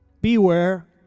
beware